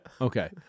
Okay